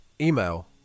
email